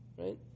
right